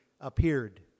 appeared